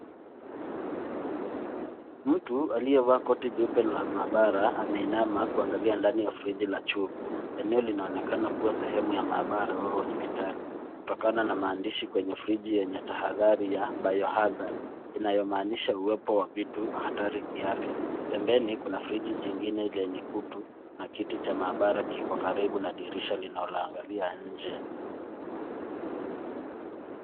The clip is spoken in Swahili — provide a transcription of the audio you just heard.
Mtu aliyevaa koti jupe la maabara ameinama kuangalia ndani ja friji la chuma. Eneo linaonekana kuwa sehemu ya mabara au hospitali. Kutokana na maandishi kwenye friji yenye tahadhari ya biohazard. Inayomaanisha uwepo wa vitu hatari kiafya. Pembeni kuna friji jingine lenye kutu, na kiti cha maabara kiko karibu na dirisha linaloangalia nje.